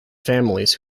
families